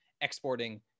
exporting